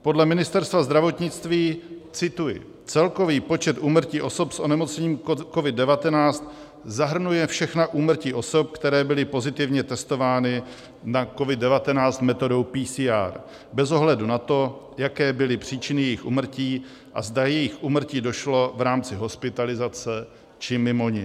Podle Ministerstva zdravotnictví cituji: Celkový počet úmrtí osob s onemocněním COVID19 zahrnuje všechna úmrtí osob, které byly pozitivně testovány na COVID19 metodou PCR, bez ohledu na to, jaké byly příčiny jejich úmrtí a zda k jejich úmrtí došlo v rámci hospitalizace, či mimo ni.